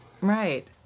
right